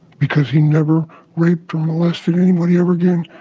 because he never raped or molested anybody ever again.